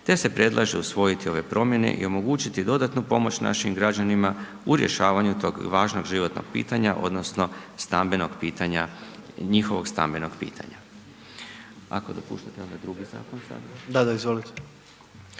te se predlaže usvojiti ove promjene i omogućiti dodatnu pomoć našim građanima u rješavanju tog važnog životnog pitanja odnosno stambenog pitanja, njihovog stambenog pitanja. .../Upadica: Da, da, izvolite./...